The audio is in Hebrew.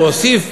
והוסיף: